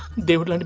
they will and